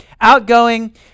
Outgoing